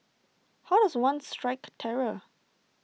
how does one strike terror